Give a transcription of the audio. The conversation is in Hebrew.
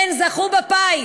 כן, זכו בפיס.